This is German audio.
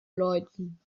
läuten